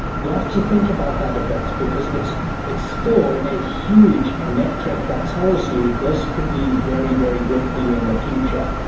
you have to think about that a bit because it's it's still a huge ah metric that tells you this could be very, very good for you in the future.